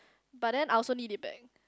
but then I also need it back